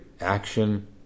action